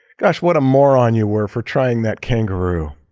gosh, what a moron you were for trying that kangaroo.